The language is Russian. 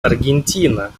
аргентина